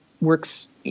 works